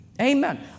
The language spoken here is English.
Amen